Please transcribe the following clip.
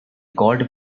called